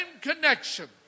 connection